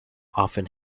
often